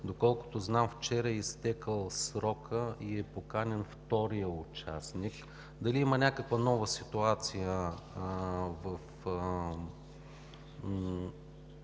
доколкото знам, вчера е изтекъл срокът и е поканен втори участник: дали има някаква нова ситуация в